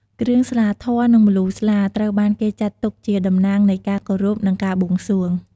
គ្រឿងស្លាធម៌ និងម្លូស្លា ត្រូវបានគេចាត់ទុកជា តំណាងនៃការគោរព និង ការបួងសួង។